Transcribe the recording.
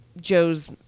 joe's